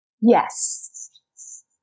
Yes